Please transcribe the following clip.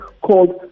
called